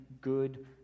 good